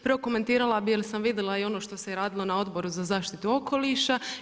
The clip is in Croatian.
Prokomentirala bih jer sam vidjela i ono što se je radilo na Odboru za zaštitu okoliša.